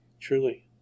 truly